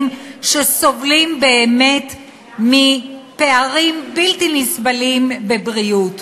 שסובלים באמת מפערים בלתי נסבלים בבריאות.